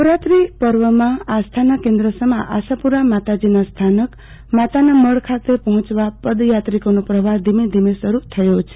નવરાત્રી પર્વમાં ઓસ્થાના કેન્દ્રસમા આશાપુરા માતાજીના સ્થાનક માતાનામઢ ખાતે પહોંચવા પદયાત્રીઓનો પ્રવાહ્ન ધીમે ધીમે શરૂ થયો છે